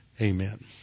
Amen